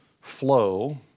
flow